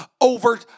over